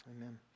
Amen